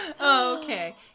Okay